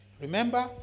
remember